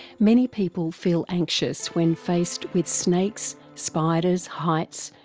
many people feel anxious when faced with snakes, spiders, heights,